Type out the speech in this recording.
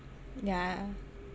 yah